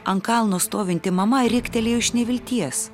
ant kalno stovinti mama riktelėjo iš nevilties